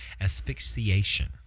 Asphyxiation